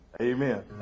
Amen